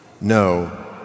No